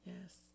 Yes